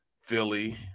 Philly